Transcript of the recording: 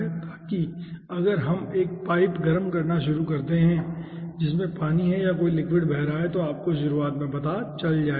ताकि अगर हम एक पाइप गर्म करना शुरू करें ठीक है जिसमें पानी है या कोई लिक्विड बह रहा है तो आपको शुरुआत में पता चल जाएगा